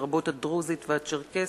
לרבות הדרוזית והצ'רקסית,